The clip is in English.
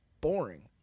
boring